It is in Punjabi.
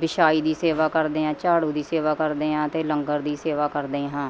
ਵਿਛਾਈ ਦੀ ਸੇਵਾ ਕਰਦੇ ਹੈ ਝਾੜੂ ਦੀ ਸੇਵਾ ਕਰਦਾ ਹਾਂ ਅਤੇ ਲੰਗਰ ਦੀ ਸੇਵਾ ਕਰਦੇ ਹਾਂ